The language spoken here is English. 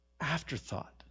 afterthought